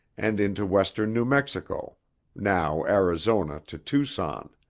and into western new mexico now arizona to tucson.